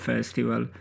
Festival